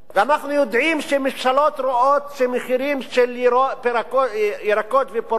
אנחנו יודעים שממשלות רואות שמחירים של ירקות ופירות